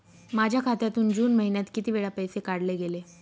माझ्या खात्यातून जून महिन्यात किती वेळा पैसे काढले गेले?